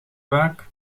vaak